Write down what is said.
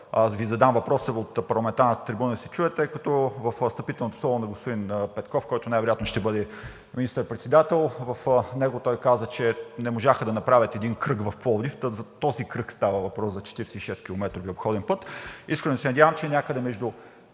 Ви задам въпроса от парламентарната трибуна да се чуе, тъй като във встъпителното слово на господин Петков, който най-вероятно ще бъде министър-председател, в него той каза, че не можаха да направят един кръг в Пловдив. Та за този кръг става въпрос – за 46-километровия обходен път. Искрено се надявам, че някъде между